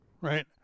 right